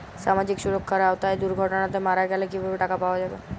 সামাজিক সুরক্ষার আওতায় দুর্ঘটনাতে মারা গেলে কিভাবে টাকা পাওয়া যাবে?